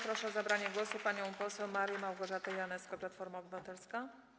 Proszę o zabranie głosu panią poseł Marię Małgorzatę Janyską, Platforma Obywatelska.